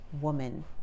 woman